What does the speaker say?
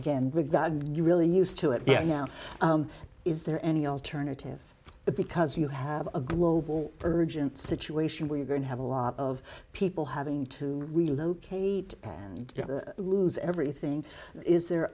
god you really used to it yes now is there any alternative because you have a global urgent situation where you're going to have a lot of people having to relocate and lose everything is there